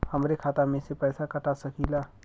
हमरे खाता में से पैसा कटा सकी ला?